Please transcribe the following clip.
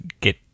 get